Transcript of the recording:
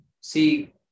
see